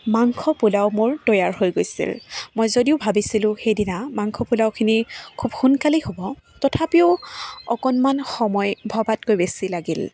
মাংস পোলাও মোৰ তৈয়াৰ হৈ গৈছিল মই যদিও ভাবিছিলোঁ সেইদিনা মাংস পোলাওখিনি খুব সোনকালে হ'ব তথাপিও অকণমান সময় ভবাতকৈ বেছি লাগিল